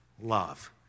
love